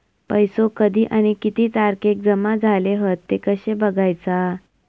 पैसो कधी आणि किती तारखेक जमा झाले हत ते कशे बगायचा?